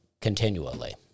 continually